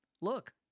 Look